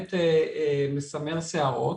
באמת מסמר שערות